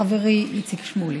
חברי איציק שמולי: